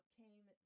came